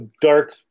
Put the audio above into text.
dark